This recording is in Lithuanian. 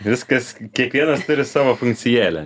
viskas kiekvienas turi savo funkcijėlę